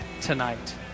tonight